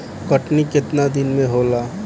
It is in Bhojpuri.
कटनी केतना दिन में होला?